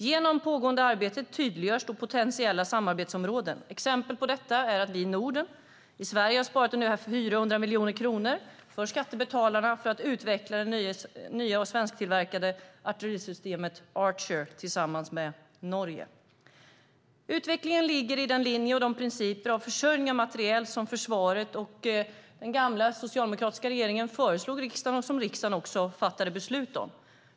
Genom pågående arbete tydliggörs potentiella samarbetsområden. Exempel på detta är hur vi gör i Norden. Sverige har sparat ungefär 400 miljoner kronor för skattebetalarna på att utveckla det nya och svensktillverkade artillerisystemet Archer tillsammans med Norge. Utvecklingen ligger i linje med de principer för försörjning av materiel som försvaret och den gamla socialdemokratiska regeringen föreslog riksdagen och som riksdagen också fattade beslut om.